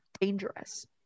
dangerous